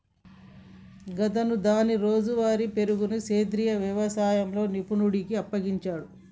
గాతను దాని రోజువారీ పరుగును సెంద్రీయ యవసాయంలో నిపుణుడికి అప్పగించిండు